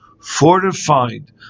fortified